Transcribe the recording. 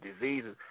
diseases